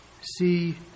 see